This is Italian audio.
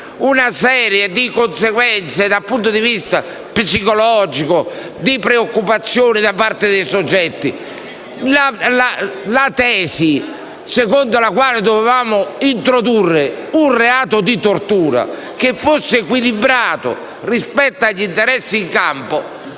una serie di conseguenze dal punto di vista psicologico, di preoccupazione da parte dei soggetti. Ricordo la tesi secondo la quale dovevamo introdurre un reato di tortura che fosse equilibrato rispetto agli interessi in campo;